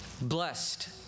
blessed